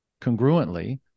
congruently